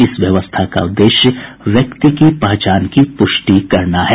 इस व्यवस्था का उद्देश्य व्यक्ति की पहचान की पुष्टि करना है